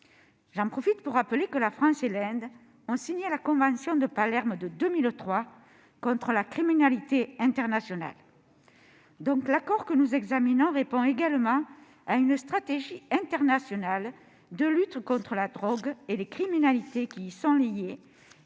Je rappelle d'ailleurs que la France et l'Inde ont signé en 2003 la convention de Palerme contre la criminalité transnationale. L'accord que nous examinons répond également à une stratégie internationale de lutte contre la drogue et les criminalités qui y sont liées.